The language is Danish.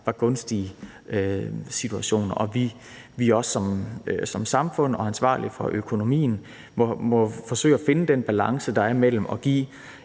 ikke gunstige situationer. Vi må også som samfund og ansvarlige for økonomien forsøge at finde den balance, der er mellem at give